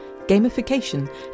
gamification